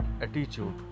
attitude